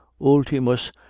ultimus